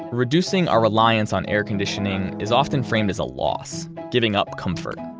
reducing our reliance on air conditioning is often framed as a loss, giving up comfort,